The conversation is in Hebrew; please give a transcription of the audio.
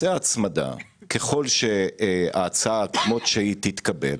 שככל שההצעה כמות שהיא תתקבל